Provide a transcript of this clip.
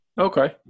Okay